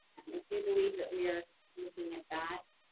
i do believe that we are looking at that.